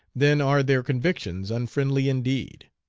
then are their convictions unfriendly indeed.